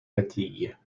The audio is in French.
fatigues